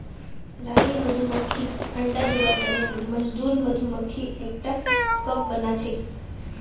रानी मधुमक्खीक अंडा दिबार तने मजदूर मधुमक्खी एकटा कप बनाछेक